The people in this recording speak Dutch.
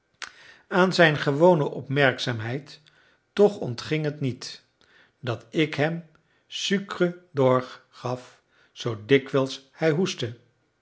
aan zijn gewone opmerkzaamheid toch ontging het niet dat ik hem sucre d'orge gaf zoo dikwijls hij hoestte